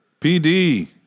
pd